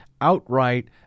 outright